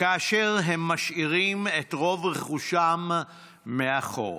כאשר הם משאירים את רוב רכושם מאחור.